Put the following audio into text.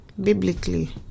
Biblically